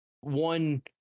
one